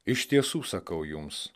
iš tiesų sakau jums